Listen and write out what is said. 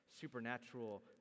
supernatural